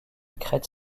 crête